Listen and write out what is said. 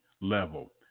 level